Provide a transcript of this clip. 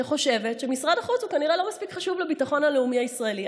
שחושב שמשרד החוץ הוא כנראה לא מספיק חשוב לביטחון הלאומי הישראלי.